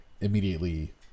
immediately